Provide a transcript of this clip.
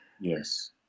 Yes